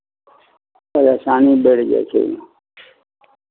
परेशानी बढ़ि जाइ छै